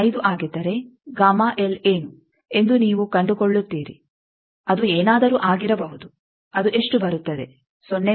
5 ಆಗಿದ್ದರೆ ಏನು ಎಂದು ನೀವು ಕಂಡುಕೊಳ್ಳುತ್ತೀರಿ ಅದು ಏನಾದರೂ ಆಗಿರಬಹುದು ಅದು ಎಷ್ಟು ಬರುತ್ತದೆ 0